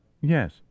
Yes